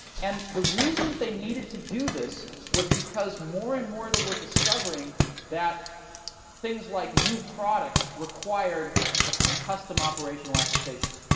and the reason that they needed to do this was because more and more, they were discovering that things like new products required and ah a custom operational application.